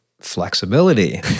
flexibility